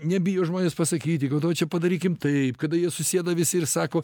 nebijo žmonės pasakyti kad o čia padarykim taip kada jie susėda visi ir sako